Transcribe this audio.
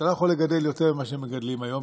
אתה לא יכול לגדל יותר ממה שמגדלים היום.